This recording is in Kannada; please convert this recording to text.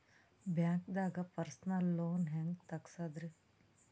ಬ್ಯಾಂಕ್ದಾಗ ಪರ್ಸನಲ್ ಲೋನ್ ಹೆಂಗ್ ತಗ್ಸದ್ರಿ?